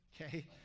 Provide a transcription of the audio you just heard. Okay